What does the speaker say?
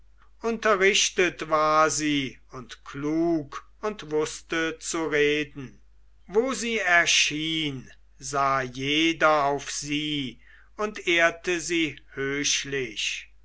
unterrichtet war sie und klug und wußte zu reden wo sie erschien sah jeder auf sie und ehrte sie